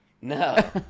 no